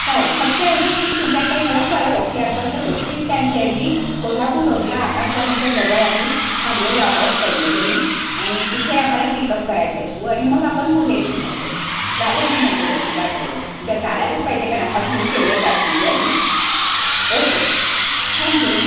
चालेल फक्त एवढंच की तुझ्या त्या ह्याला कळव की असं असं येस्टी स्टँडच्याऐवजी कोल्हापूर रोडला आकाशवाणीच्या जवळ आम्ही थांबलेलो आहोत चौघीजणी आणि तिथे आम्हाला पिकअप करायचं आहेस तू आणि मग आपण पुढे निघायचं चालेल की नाही तेवढं तुला तेवढं चालायलाच पाहिजे कारण आता बुक केलीय कॅब तुझी आम्ही ओके थँक्यू